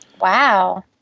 Wow